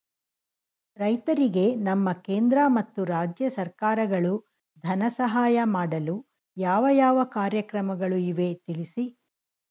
ರೈತರಿಗೆ ನಮ್ಮ ಕೇಂದ್ರ ಮತ್ತು ರಾಜ್ಯ ಸರ್ಕಾರಗಳು ಧನ ಸಹಾಯ ಮಾಡಲು ಯಾವ ಯಾವ ಕಾರ್ಯಕ್ರಮಗಳು ಇವೆ ತಿಳಿಸಿ?